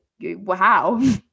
wow